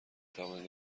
توانید